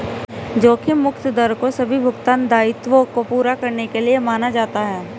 जोखिम मुक्त दर को सभी भुगतान दायित्वों को पूरा करने के लिए माना जाता है